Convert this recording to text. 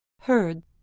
heard